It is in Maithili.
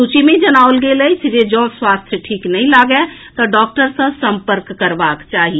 सूची मे जनाओल गेल अछि जे जॅ स्वास्थ्य ठीक नहि लागए तऽ डॉक्टर सॅ संपर्क करबाक चाही